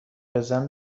بزن